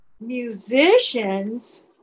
musicians